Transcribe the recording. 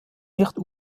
nicht